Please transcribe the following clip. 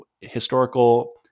historical